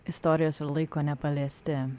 istorijos ir laiko nepaliesti